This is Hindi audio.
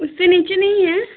उससे नीचे नहीं है